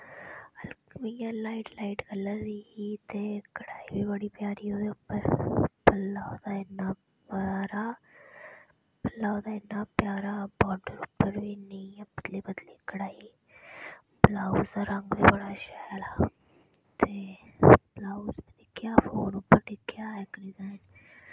इ'यां light light colour दी ही ते कढ़ाई बी बड़ी प्यारी ओह्दे उप्पर कलर ओह्दा इन्ना प्यारा कलर ओह्दा इन्ना प्यार बार्डर उप्पर बी इन्नी इ'यां पतली पतली कढ़ाई ही बलाउज़ दा रंग बी बड़ा शैल हा ते बलाउज़ में दिक्खेआ फोन उप्पर दिक्खेआ इक दिन